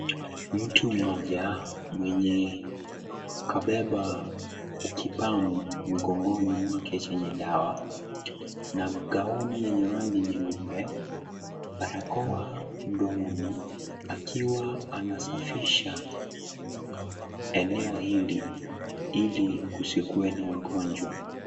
Mtu mmoja mwenye kabeba kipamu mgongoni mwake chenye dawa, na gauni yenye rangi nyeupe, barakoa mdomoni, akiwa anasafisha eneo hili ili kusikuwe na ugonjwa.